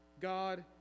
God